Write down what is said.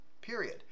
period